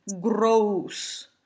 gross